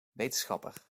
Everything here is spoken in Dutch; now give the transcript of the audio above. wetenschapper